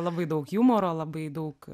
labai daug jumoro labai daug